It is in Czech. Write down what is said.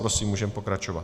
Prosím, můžeme pokračovat.